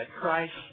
Christ